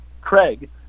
Craig